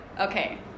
Okay